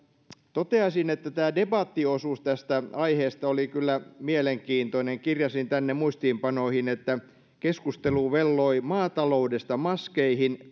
toteaisin että debattiosuus tästä aiheesta oli kyllä mielenkiintoinen kirjasin tänne muistiinpanoihin että keskustelu velloi maataloudesta maskeihin